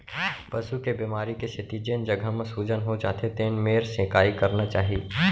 पसू के बेमारी के सेती जेन जघा म सूजन हो जाथे तेन मेर सेंकाई करना चाही